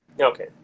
okay